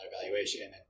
evaluation